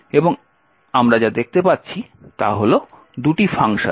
এবং আমরা যা দেখতে পাচ্ছি তা হল দুটি ফাংশন